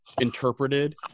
interpreted